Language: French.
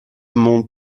mon